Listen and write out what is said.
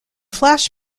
flash